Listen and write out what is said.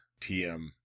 TM